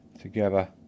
together